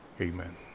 Amen